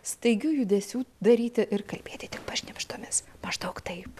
staigių judesių daryti ir kalbėti tik pašnibždomis maždaug taip